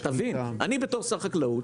אני בתור שר חקלאות,